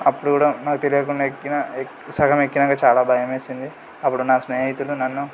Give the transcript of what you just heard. అప్పుడు కూడా నాకు తెలియకుండా ఎక్కినా ఎక్ సగం ఎక్కినాక నాకు చాలా భయం వేసింది అప్పుడు నా స్నేహితులు నన్ను